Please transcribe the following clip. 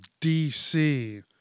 DC